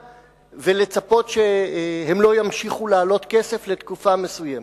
ולצפות שהן לא ימשיכו לעלות כסף תקופה מסוימת.